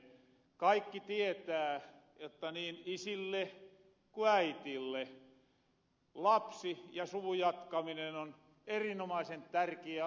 kaikki tietää jotta niin isille ku äiriille lapsi ja suvun jatkaminen on erinomaisen tärkiä asia